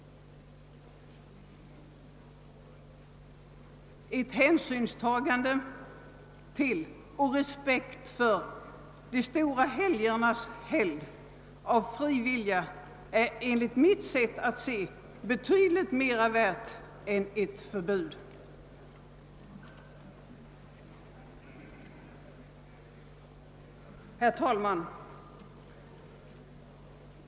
Ett hänsynstagande av fri vilja till och respekt för de stora högtidernas helgd är enligt mitt sätt att se betydligt mera värt än ett förbud. Herr talman!